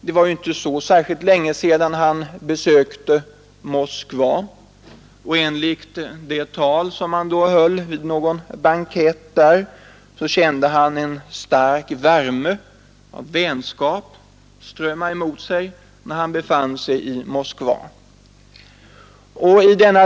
Det var inte så länge sedan han besökte Moskva. I ett tal han höll vid någon bankett där sade han sig känna en stark värme och vänskap strömma emot sig när han befann sig i Moskva.